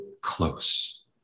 close